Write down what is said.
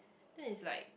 then it's like